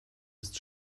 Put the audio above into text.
ist